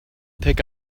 pick